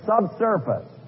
subsurface